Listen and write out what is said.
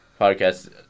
podcast